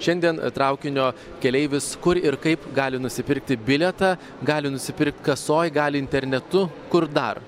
šiandien traukinio keleivis kur ir kaip gali nusipirkti bilietą gali nusipirkt kasoj gali internetu kur dar